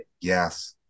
Yes